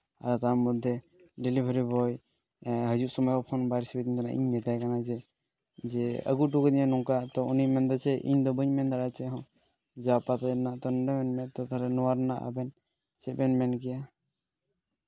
ᱟᱨ ᱛᱟᱨ ᱢᱚᱫᱽᱫᱷᱮ ᱰᱮᱞᱤᱵᱷᱟᱨᱤ ᱵᱚᱭ ᱦᱤᱡᱩᱜ ᱥᱚᱢᱚᱭ ᱦᱚᱸ ᱯᱷᱳᱱ ᱵᱟᱭ ᱨᱤᱥᱤᱵᱮᱫᱟ ᱛᱟᱞᱦᱮ ᱤᱧ ᱢᱮᱛᱟᱭ ᱠᱟᱱᱟ ᱡᱮ ᱟᱹᱜᱩ ᱦᱚᱴᱚᱣᱟᱹᱧ ᱢᱮ ᱱᱚᱝᱠᱟ ᱛᱚ ᱩᱱᱤᱭ ᱢᱮᱱᱫᱟ ᱪᱮᱫ ᱤᱧ ᱫᱚ ᱵᱟᱹᱧ ᱢᱮᱱ ᱫᱟᱲᱭᱟᱜ ᱪᱮᱫ ᱦᱚᱸ ᱛᱟᱞᱦᱮ ᱱᱚᱣᱟ ᱨᱮᱱᱟᱜ ᱟᱵᱮᱱ ᱪᱮᱫ ᱵᱮᱱ ᱢᱮᱱ ᱠᱮᱭᱟ